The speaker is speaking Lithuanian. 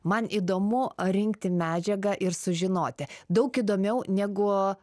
man įdomu rinkti medžiagą ir sužinoti daug įdomiau negu